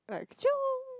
like